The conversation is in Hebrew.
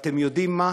ואתם יודעים מה,